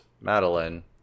Madeline